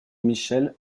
michel